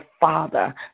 Father